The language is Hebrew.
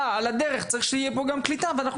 על הדרך צריך שיהיה פה גם קליטה ואנחנו